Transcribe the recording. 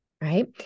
right